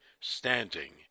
standing